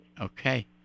Okay